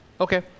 Okay